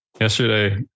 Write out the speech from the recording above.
yesterday